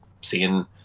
seeing